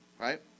Right